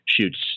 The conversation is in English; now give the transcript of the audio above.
shoots